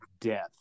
death